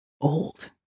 old